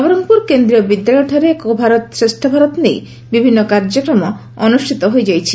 ନବରଙ୍ଙପୁର କେନ୍ଦ୍ରୀୟ ବିଦ୍ୟାଳୟଠାରେଏକ ଭାରତ ଶ୍ରେଷ ଭାରତକ ନେଇ ବିଭିନୁ କାର୍ଯ୍ୟକ୍ରମ ଗ୍ରହଶ କରାଯାଇଛି